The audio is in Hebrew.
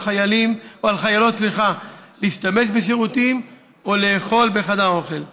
חיילות להשתמש בשירותים או לאכול בחדר האוכל.